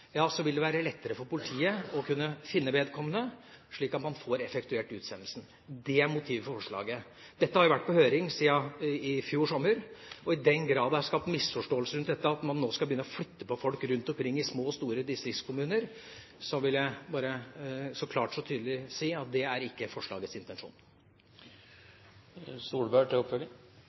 vil det være lettere for politiet å kunne finne vedkommende slik at man får effektuert utsendelsen. Det er motivet for forslaget. Dette har vært på høring siden i fjor sommer. I den grad det har skapt misforståelser rundt dette at man nå skal begynne å flytte på folk rundt omkring i små og store distriktskommuner, vil jeg bare klart og tydelig si at det er ikke forslagets intensjon.